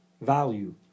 value